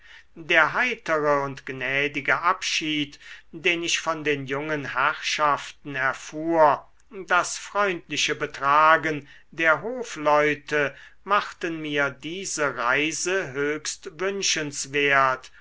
der heitere und gnädige abschied den ich von den jungen herrschaften erfuhr das freundliche betragen der hofleute machten mir diese reise